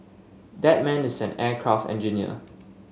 that man is an aircraft engineer